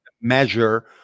measure